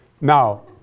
Now